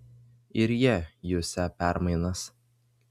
ir jie jusią permainas